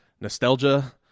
nostalgia